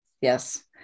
Yes